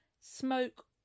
smoke